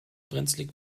brenzlig